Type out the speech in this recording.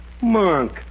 Monk